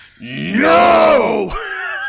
no